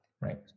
Right